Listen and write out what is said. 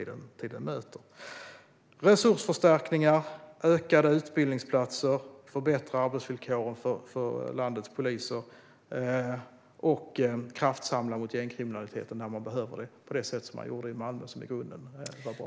Det blir alltså resursförstärkningar, fler utbildningsplatser, bättre arbetsvillkor för landets poliser och en kraftsamling mot gängkriminaliteten på det sätt som skett i Malmö och som i grunden är bra.